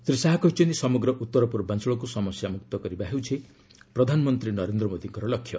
ଶ୍ରୀ ଶାହା କହିଛନ୍ତି ସମଗ୍ର ଉଉରପୂର୍ବାଞ୍ଚଳକୁ ସମସ୍ୟା ମୁକ୍ତ କରିବା ହେଉଛି ପ୍ରଧାନମନ୍ତ୍ରୀ ନରେନ୍ଦ୍ର ମୋଦୀଙ୍କର ଲକ୍ଷ୍ୟ